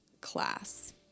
class